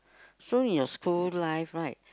so in your school life right